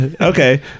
Okay